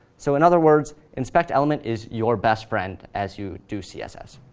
so in other words, inspect element is your best friend as you do css.